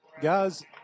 Guys